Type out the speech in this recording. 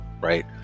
right